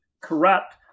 corrupt